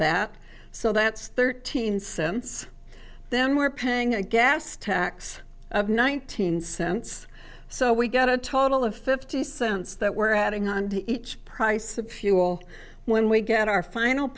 that so that's thirteen cents then we're paying a gas tax of nineteen cents so we get a total of fifty cents that we're adding on to each price of fuel when we get our final